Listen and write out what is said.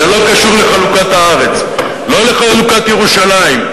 זה לא קשור לחלוקת הארץ, לא לחלוקת ירושלים.